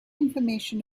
information